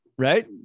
Right